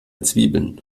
zwiebeln